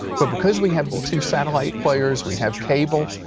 but because we have the two satellite players, we have cable,